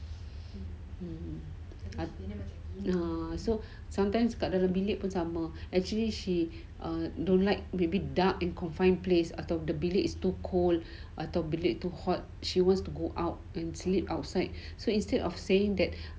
err so sometimes kat dalam bilik pun sama and actually she don't like be stuck in confined place atau bilik is too cold or too hot she wants to go out and sleep outside so instead of saying that